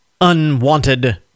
unwanted